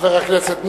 חבר הכנסת מולה,